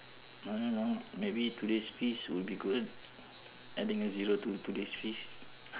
I don't know maybe today's fees will be good adding a zero to today's fees